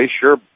sure